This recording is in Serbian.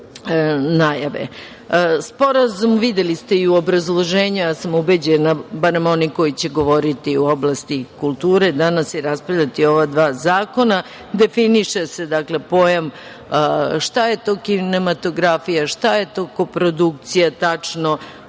najave. Sporazum, videli ste i u obrazloženju, ja sam ubeđena, barem oni koji će govoriti u oblasti kulture danas i raspravljati o ova dva zakona. Definiše se pojam šta je to kinematografija, šta je to koprodukcija tačno,